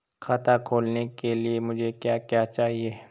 खाता खोलने के लिए मुझे क्या क्या चाहिए?